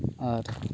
ᱟᱨ